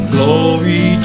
Glory